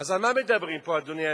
אז על מה מדברים פה, אדוני היושב-ראש?